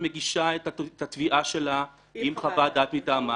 מגישה את התביעה שלה עם חוות דעת מטעמה,